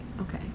Okay